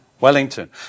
Wellington